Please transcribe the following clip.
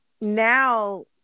now